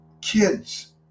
kids